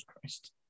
Christ